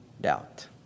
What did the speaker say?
doubt